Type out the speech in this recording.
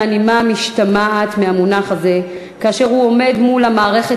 מהנימה המשתמעת מהמונח הזה כאשר הוא עומד מול המערכת